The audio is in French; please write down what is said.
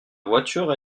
voiture